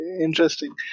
interesting